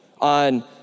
on